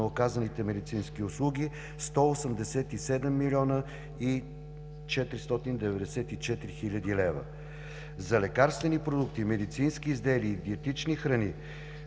на оказаните медицински услуги – 187 млн. 494 хил. лв. За лекарствени продукти, медицински изделия и диетични храни